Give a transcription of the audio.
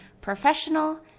Professional